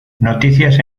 noticias